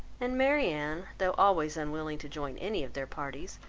and marianne, though always unwilling to join any of their parties,